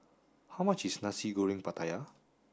how much is nasi goreng pattaya